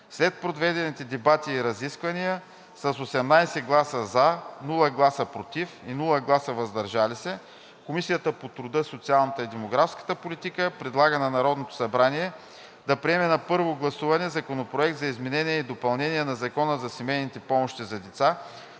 След проведените разисквания с 18 гласа „за“, без гласове „против“ и „въздържал се“ Комисията по труда, социалната и демографската политика предлага на Народното събрание да приеме на първо гласуване Законопроект за изменение и допълнение на Закона за семейни помощи за деца,